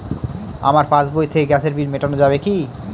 আমার পাসবই থেকে গ্যাসের বিল মেটানো যাবে কি?